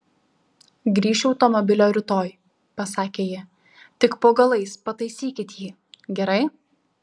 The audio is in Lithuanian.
grįšiu automobilio rytoj pasakė ji tik po galais pataisykit jį gerai